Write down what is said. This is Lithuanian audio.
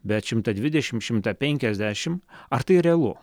bet šimtą dvidešim šimtą penkiasdešim ar tai realu